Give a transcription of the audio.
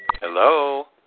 Hello